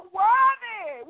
worthy